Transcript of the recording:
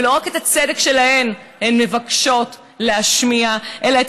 ולא רק את הצדק שלהן הן מבקשות להשמיע אלא את